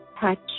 touch